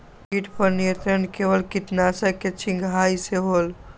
किट पर नियंत्रण केवल किटनाशक के छिंगहाई से होल?